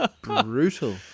brutal